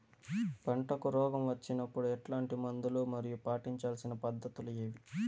పంటకు రోగం వచ్చినప్పుడు ఎట్లాంటి మందులు మరియు పాటించాల్సిన పద్ధతులు ఏవి?